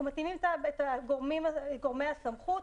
אנחנו מתאימים את גורמי הסמכות.